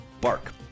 Bark